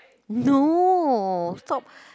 no stop